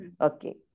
Okay